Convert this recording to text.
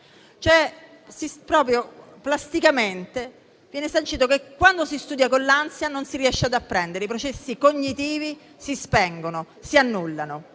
sancito proprio plasticamente che, quando si studia con l'ansia, non si riesce ad apprendere, i processi cognitivi si spengono, si annullano.